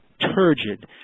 turgid